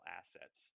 assets